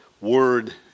word